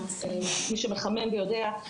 מי שמחמם יודע,